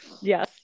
Yes